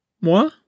Moi